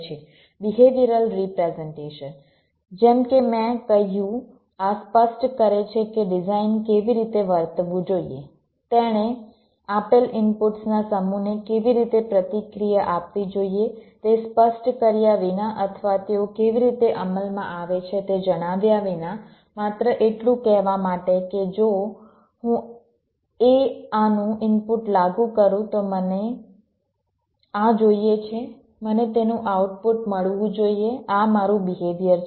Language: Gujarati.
બિહેવિયરલ રિપ્રેઝન્ટેશન જેમ કે મેં કહ્યું આ સ્પષ્ટ કરે છે કે ડિઝાઇન કેવી રીતે વર્તવું જોઈએ તેણે આપેલ ઇનપુટ્સ ના સમૂહને કેવી રીતે પ્રતિક્રિયા આપવી જોઈએ તે સ્પષ્ટ કર્યા વિના અથવા તેઓ કેવી રીતે અમલમાં આવે છે તે જણાવ્યા વિના માત્ર એટલું કહેવા માટે કે જો હું a આનું ઇનપુટ લાગુ કરું તો મને આ જોઈએ છે મને તેનું આઉટપુટ મળવું જોઈએ આ મારું બિહેવિયર છે